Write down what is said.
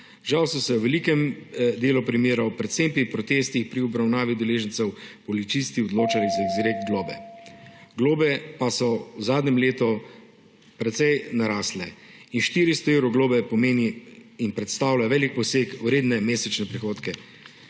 Žal so se v velikem delu primerov, predvsem pri protestih pri obravnavi udeležencev policisti odločali za izrek globe. Globe pa so v zadnjem letu precej narasle. 400 evrov globe predstavlja velik poseg v redne mesečne prihodke,